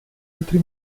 altri